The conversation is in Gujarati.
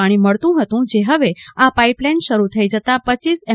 પાણી મળતું હતું જે હવે આ પાઈપલાઈન શરૂ થઈ જતાં રપ એમ